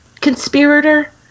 conspirator